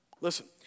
listen